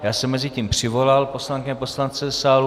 Já jsem mezitím přivolal poslankyně a poslance do sálu.